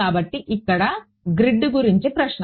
కాబట్టి ఇక్కడ గ్రిడ్ గురించి ప్రశ్న